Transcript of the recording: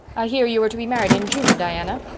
i hear you are to be married in june, diana.